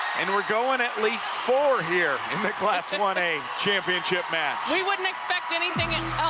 and we're going at least four here in the class one a championship match. we wouldn't expect anything and